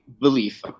belief